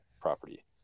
property